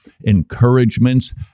encouragements